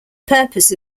purpose